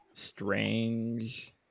Strange